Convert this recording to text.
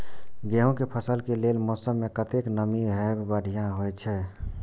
गेंहू के फसल के लेल मौसम में कतेक नमी हैब बढ़िया होए छै?